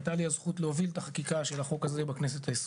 הייתה לי הזכות להוביל את החקיקה של החוק הזה בכנסת ה-20,